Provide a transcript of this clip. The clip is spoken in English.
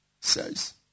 says